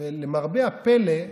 ולמרבה הפלא,